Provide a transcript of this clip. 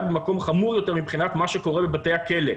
במקום חמור יותר מבחינת מה שקורה בבתי הכלא.